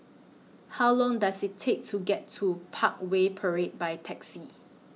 How Long Does IT Take to get to Parkway Parade By Taxi